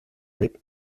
rape